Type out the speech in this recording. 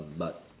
but